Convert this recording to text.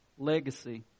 Legacy